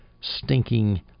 stinking